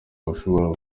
bashobora